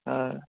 हय